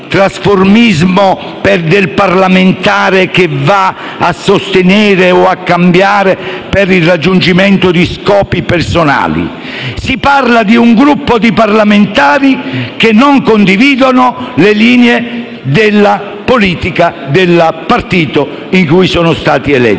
si parla di un gruppo di parlamentari che non condividono le linee della politica del partito in cui sono stati eletti,